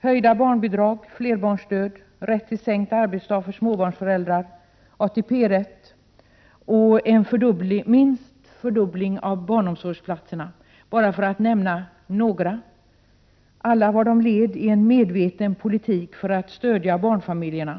Höjda barnbidrag, flerbarnsstöd, rätt till sänkt arbetsdag för småbarnsföräldrar, ATP-rätt och minst en fördubbling av antalet barnomsorgsplatser, för att bara nämna några exempel, var alla ett led i en medveten politik för att stödja barnfamiljerna.